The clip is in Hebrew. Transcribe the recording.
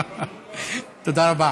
תודה רבה.